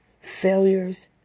failures